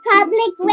Public